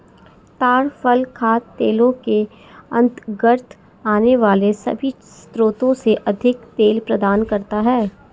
ताड़ फल खाद्य तेलों के अंतर्गत आने वाले सभी स्रोतों से अधिक तेल प्रदान करता है